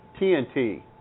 TNT